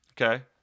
Okay